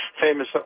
famous